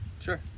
Sure